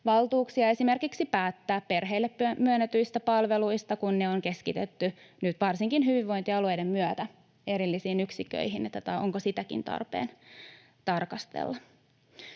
valtuuksia esimerkiksi päättää perheille myönnetyistä palveluista, kun ne on keskitetty nyt varsinkin hyvinvointialueiden myötä erillisiin yksikköihin, eli onko sitäkin tarpeen tarkastella.